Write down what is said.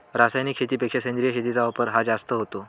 रासायनिक शेतीपेक्षा सेंद्रिय शेतीचा वापर हा जास्त होतो